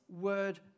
word